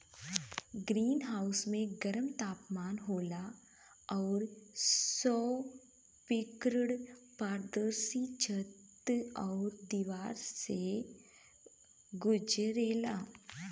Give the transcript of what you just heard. green house में गरम तापमान होला आउर सौर विकिरण पारदर्शी छत आउर दिवार से गुजरेला